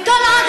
למה שלא